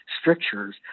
strictures